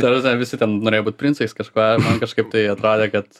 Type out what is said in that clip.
ta prasme visi ten norėjo būt princais kažkuo kažkaip tai atrodė kad